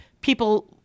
people